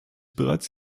bereits